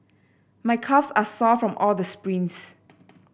my calves are sore from all the sprints